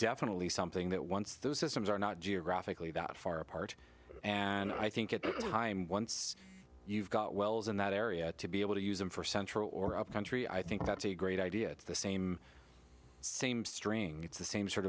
definitely something that once those systems are not geographically that far apart and i think it time once you've got wells in that area to be able to use them for central or up country i think that's a great idea at the same same string it's the same sort